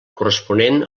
corresponent